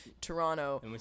Toronto